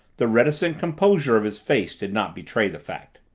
the reticent composure of his face did not betray the fact.